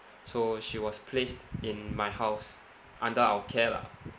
so she was placed in my house under our care lah